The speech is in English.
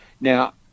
Now